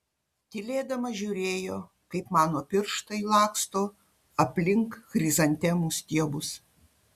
tylėdama žiūrėjo kaip mano pirštai laksto aplink chrizantemų stiebus